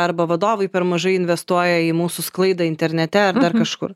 arba vadovai per mažai investuoja į mūsų sklaida internete ar dar kažkur